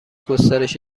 گسترش